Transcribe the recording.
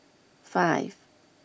five